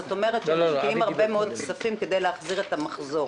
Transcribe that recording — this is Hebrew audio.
זאת אומרת שמשקיעים הרבה מאוד כסף כדי להחזיר את המחזור.